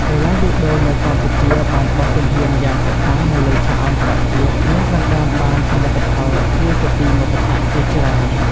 កីឡាយូដូនៅកម្ពុជាបានបោះជំហានយ៉ាងសកម្មនៅលើឆាកអន្តរជាតិ និងដណ្តើមបានសមិទ្ធផលគួរជាទីមោទកៈជាច្រើន ។